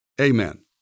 amen